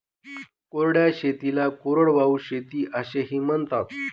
कोरड्या शेतीला कोरडवाहू शेती असेही म्हणतात